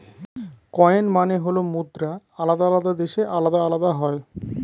coin মানে হল মুদ্রা আলাদা আলাদা দেশে আলাদা আলাদা হয়